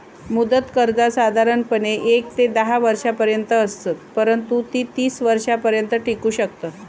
मुदत कर्जा साधारणपणे येक ते धा वर्षांपर्यंत असत, परंतु ती तीस वर्षांपर्यंत टिकू शकतत